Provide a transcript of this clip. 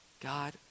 God